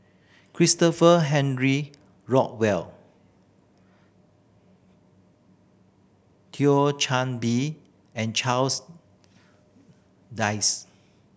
Christopher Henry Rothwell Thio Chan Bee and Charles Dyce